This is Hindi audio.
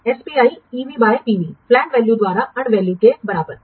एसपीआई प्लैंड वैल्यू द्वारा अर्नड वैल्यू के बराबर है